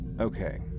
Okay